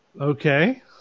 Okay